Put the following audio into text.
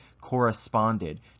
corresponded